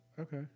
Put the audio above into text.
Okay